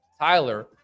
Tyler